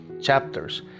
chapters